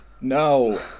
No